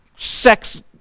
Sex